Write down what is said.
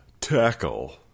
tackle